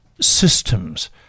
systems